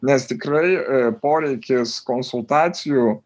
nes tikrai poreikis konsultacijų